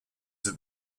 that